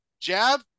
jab